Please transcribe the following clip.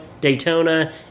Daytona